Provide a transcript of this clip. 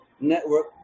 network